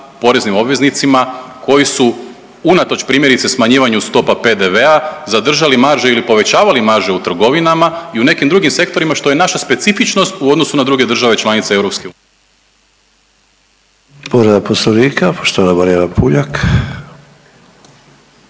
poreznim obveznicima koji su unatoč primjerice smanjivanju stopa PDV-a zadržali marže ili povećavali marže u trgovinama i u nekim drugim sektorima što je naša specifičnost u odnosu na druge države članice EU.